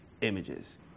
images